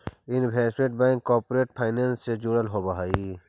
investment bank corporate finance से जुड़ल होवऽ हइ